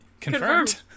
Confirmed